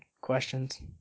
questions